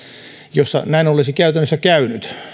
joissa näin olisi käytännössä käynyt